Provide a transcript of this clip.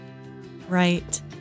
Right